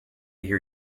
hear